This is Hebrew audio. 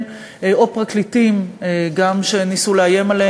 ובין פרקליטים שניסו גם עליהם לאיים,